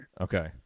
Okay